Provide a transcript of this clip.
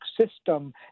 system